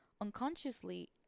Unconsciously